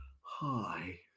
Hi